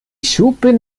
schuppen